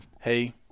hey